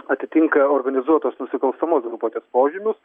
atitinka organizuotos nusikalstamos grupuotės požymius